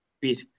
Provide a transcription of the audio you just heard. bit